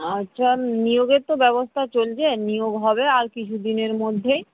আচ্ছা নিয়োগের তো ব্যবস্থা চলছে নিয়োগ হবে আর কিছু দিনের মধ্যেই